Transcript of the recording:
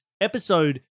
episode